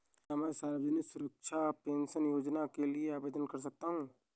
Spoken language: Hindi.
क्या मैं सामाजिक सुरक्षा पेंशन योजना के लिए आवेदन कर सकता हूँ?